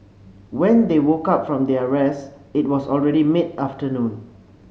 when they woke up from their rest it was already mid afternoon